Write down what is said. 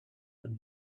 and